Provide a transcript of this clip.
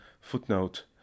footnote